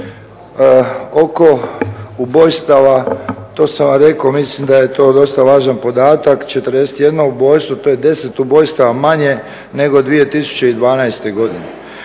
Oko ubojstava, to sam vam rekao mislim da je to dosta važan podatak 41 ubojstvo to je 10 ubojstava manje nego 2012.godine.